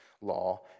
law